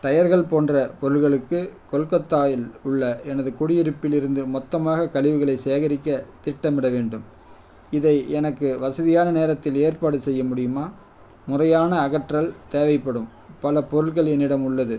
டயர்கள் போன்ற பொருட்களுக்கு கொல்கத்தாவில் உள்ள எனது குடியிருப்பிலிருந்து மொத்தமாக கழிவுகளை சேகரிக்க திட்டமிட வேண்டும் இதை எனக்கு வசதியான நேரத்தில் ஏற்பாடு செய்ய முடியுமா முறையான அகற்றல் தேவைப்படும் பல பொருட்கள் என்னிடம் உள்ளது